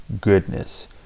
goodness